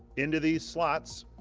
into these slots